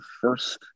first